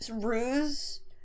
ruse